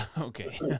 Okay